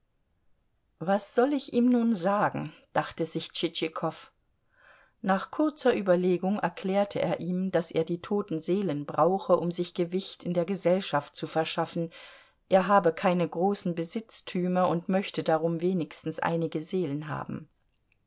was soll ich ihm nun sagen dachte sich tschitschikow nach kurzer überlegung erklärte er ihm daß er die toten seelen brauche um sich gewicht in der gesellschaft zu verschaffen er habe keine großen besitztümer und möchte darum wenigstens einige seelen haben